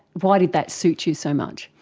why did that suit you so much?